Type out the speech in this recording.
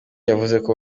yavuzeko